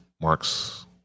Mark's